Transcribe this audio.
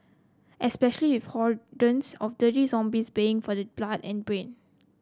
especially with of dirty zombies baying for your blood and brain